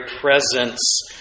presence